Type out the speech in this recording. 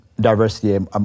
diversity